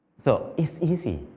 so, it's easy.